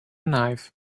knife